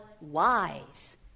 wise